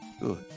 Good